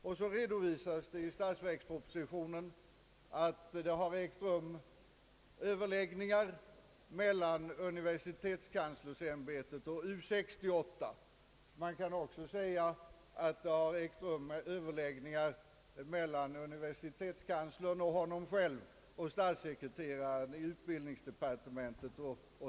I statsverkspropositionen redovisas att överläggningar har ägt rum mellan universitetskanslersämbetet och U 68. Man skulle också kunna säga att överläggningar ägt rum mellan i huvudsak universitetskanslern och honom själv samt statssekreteraren i utbildningsdepartementet.